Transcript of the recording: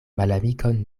malamikon